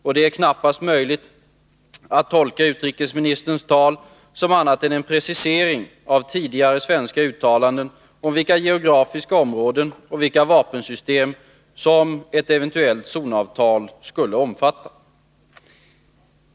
Och det är knappast möjligt att tolka utrikesministerns tal som annat än en precisering av tidigare svenska uttalanden om vilka geografiska områden och vilka vapensystem som ett eventuellt zonavtal skulle omfatta.